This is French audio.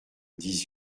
dix